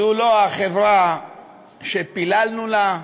זו לא החברה שפיללנו לה,